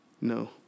No